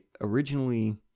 originally